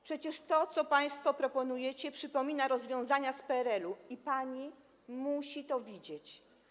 Przecież to, co państwo proponujecie, przypomina rozwiązania z PRL-u i pani musi to widzieć.